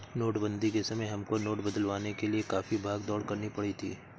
नोटबंदी के समय हमको नोट बदलवाने के लिए काफी भाग दौड़ करनी पड़ी थी